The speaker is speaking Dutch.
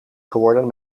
geworden